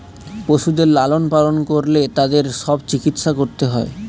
পশুদের লালন পালন করলে তাদের সব চিকিৎসা করতে হয়